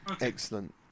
Excellent